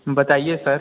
बताइए सर